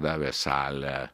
davė salę